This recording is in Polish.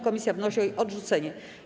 Komisja wnosi o jej odrzucenie.